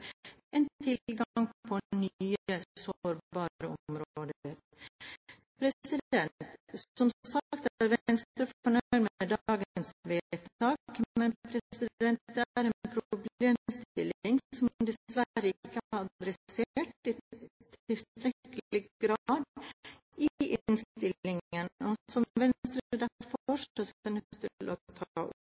på nye, sårbare områder. Som sagt er Venstre fornøyd med dagens vedtak. Men det er en problemstilling som dessverre ikke er adressert i tilstrekkelig grad i innstillingen, og som Venstre derfor ser seg nødt til å ta opp.